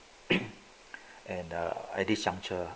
and err at this juncture